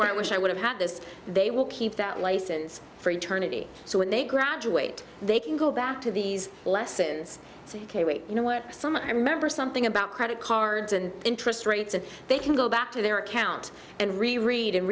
where i wish i would have had this they will keep that license for eternity so when they graduate they can go back to these lessons so you know where some i remember something about credit cards and interest rates and they can go back to their account and reread and